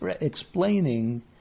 explaining